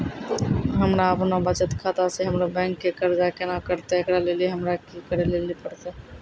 हमरा आपनौ बचत खाता से हमरौ बैंक के कर्जा केना कटतै ऐकरा लेली हमरा कि करै लेली परतै?